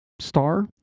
Star